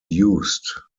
used